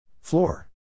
Floor